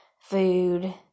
food